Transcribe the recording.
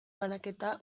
banaketa